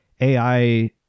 AI